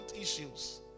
issues